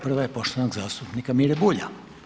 Prva je poštovanog zastupnika Mire Bulja.